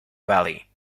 valley